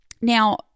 now